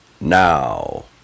now